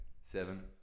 Seven